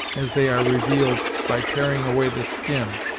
as they are revealed by tearing away the skin,